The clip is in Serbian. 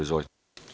Izvolite.